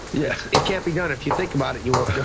yeah it can't be done, if you think about it you won't